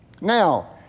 now